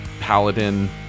paladin